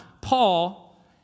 Paul